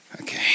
Okay